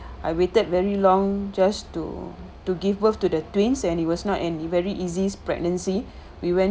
I waited very long just to to give birth to the twins and it was not an very easy pregnancy we went